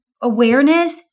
awareness